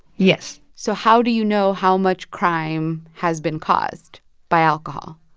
yes so how do you know how much crime has been caused by alcohol?